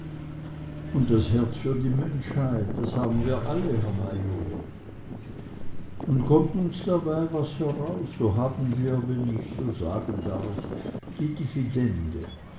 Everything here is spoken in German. und das herz für die menschheit das haben wir alle herr major und kommt uns dabei was heraus so haben wir wenn ich so sagen darf die dividende